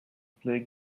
play